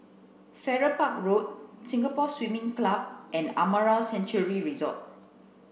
Farrer Park Road Singapore Swimming Club and Amara Sanctuary Resort